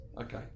okay